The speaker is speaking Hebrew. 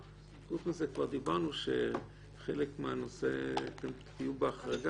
חוץ מזה כבר דיברנו על זה שאתם תהיו בהחרגה,